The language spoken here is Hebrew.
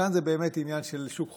וכאן זה באמת עניין של שוק חופשי.